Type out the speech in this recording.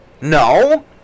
No